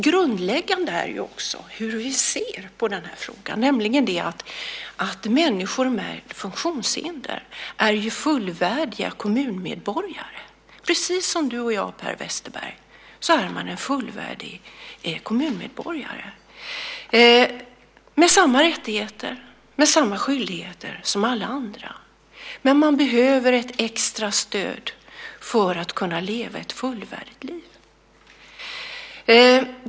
Grundläggande är emellertid också hur vi ser på den här frågan, nämligen att människor med funktionshinder är fullvärdiga kommunmedborgare. Precis som Per Westerberg och jag är de fullvärdiga kommunmedborgare med samma rättigheter och samma skyldigheter som alla andra. De behöver dock ett extra stöd för att kunna leva ett fullvärdigt liv.